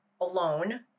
alone